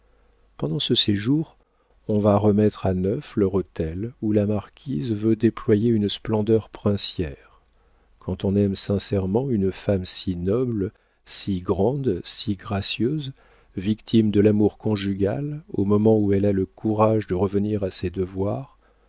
pendant ce séjour on va remettre à neuf leur hôtel où la marquise veut déployer une splendeur princière quand on aime sincèrement une femme si noble si grande si gracieuse victime de l'amour conjugal au moment où elle a le courage de revenir à ses devoirs